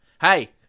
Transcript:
Hey